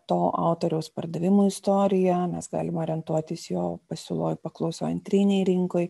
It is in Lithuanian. to autoriaus pardavimų istoriją mes galim orientuotis jo pasiūloj paklausoj antrinėj rinkoj